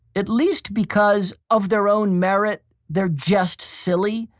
at least because of their own merit they're just silly.